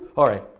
alright.